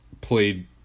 played